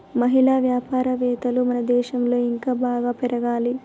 మహిళా వ్యాపారవేత్తలు మన దేశంలో ఇంకా బాగా పెరగాలి